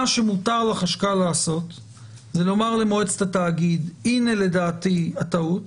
מה שמותר לחשכ"ל לעשות זה לומר למועצת התאגיד: הנה לדעתי הטעות,